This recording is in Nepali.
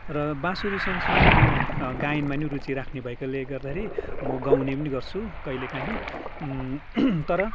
र बाँसुरी सँगसँगै म गायनमा पनि रुचि राख्ने भएकोले गर्दाखेरि म गाउने पनि गर्छु कहिलेकाहीँ तर